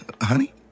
Honey